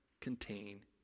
contain